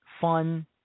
...fun